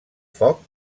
foc